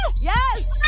Yes